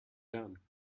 done